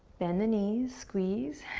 bend the knees, squeeze,